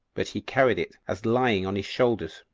but he carried it as lying on his shoulders.